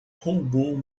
roubou